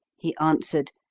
he answered,